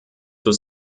zur